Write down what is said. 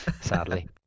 sadly